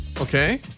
Okay